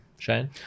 Shane